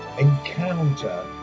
encounter